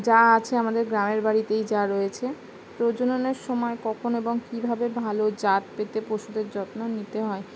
যা আছে আমাদের গ্রামের বাড়িতেই যা রয়েছে প্রজননের সময় কখন এবং কীভাবে ভালো জাত পেতে পশুদের যত্ন নিতে হয়